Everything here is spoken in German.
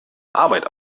arbeit